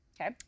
Okay